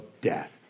death